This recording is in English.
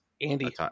Andy